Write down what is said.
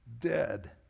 dead